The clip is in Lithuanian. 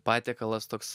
patiekalas toks